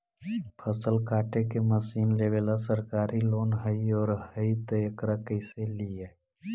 फसल काटे के मशीन लेबेला सरकारी लोन हई और हई त एकरा कैसे लियै?